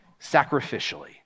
sacrificially